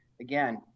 Again